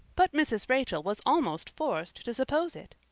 but mrs. rachel was almost forced to suppose it.